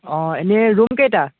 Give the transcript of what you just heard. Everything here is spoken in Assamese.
অঁ এনেই ৰুমকেইটা